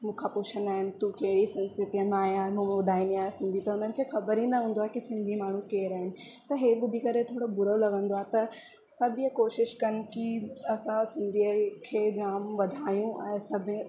मूंखां पुछंदा आहिनि तू कहिड़ी संस्कृतीअ मां आया आहिनि उओ ॿुधाईंदी आहियां सिंधी त उन्हनि खे ख़बर ई न हूंदो आहे की सिंधी माण्हू केरु आहिनि त हीअ ॿुधी करे त थोरो बुरो लगंदो आहे त सभु ईअ कोशिशि कनि की असां सिंधीअ खे जाम वधायूं ऐं सभु